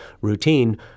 routine